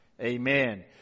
amen